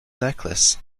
necklace